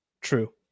true